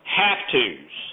have-tos